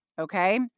Okay